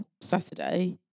Saturday